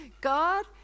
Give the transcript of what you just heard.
God